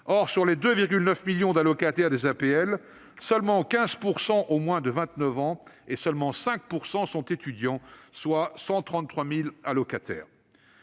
Or, des 2,9 millions d'allocataires des APL, seulement 15 % ont moins de 29 ans et seulement 5 % sont étudiants, ce qui représente 133 000 allocataires.